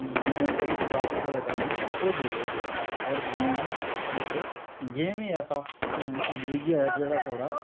दिनें ई जेह्ड़ी थकावट साढ़े कम्में दी ओह् दूर होई जानी होर गेम इक गेम ई ऐसा जरिया ऐ जेह्ड़ा थुआढ़ा